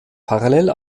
parallel